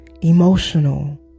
emotional